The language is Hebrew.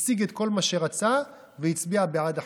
השיג את כל מה שרצה והצביע בעד החוק.